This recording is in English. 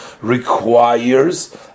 requires